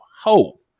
hope